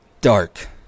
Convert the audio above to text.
dark